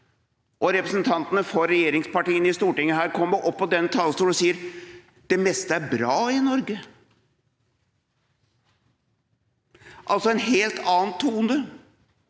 og representantene for regjeringspartiene i Stortinget kommer opp på denne talerstolen og sier det – at det meste er bra i Norge. Det er altså en helt annen tone.